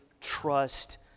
trust